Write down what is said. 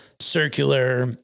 circular